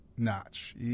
notch